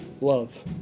Love